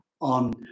on